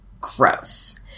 gross